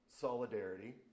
solidarity